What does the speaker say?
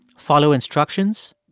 follow instructions,